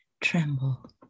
tremble